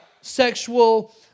sexual